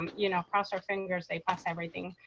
um you know, cross our fingers they pass everything,